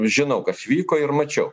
žinau kas vyko ir mačiau